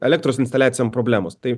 elektros instaliacijom problemos tai